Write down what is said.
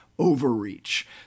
overreach